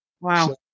Wow